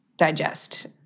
digest